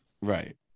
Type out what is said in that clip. Right